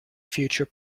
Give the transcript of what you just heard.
future